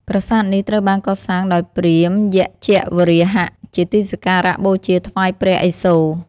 ប្រាសាទនេះត្រូវបានកសាងដោយព្រាហ្មណ៍យជ្ញវរាហៈ ជាទីសក្ការៈបូជាថ្វាយព្រះឥសូរ។